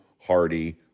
Hardy